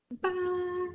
Bye